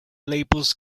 labels